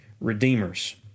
redeemers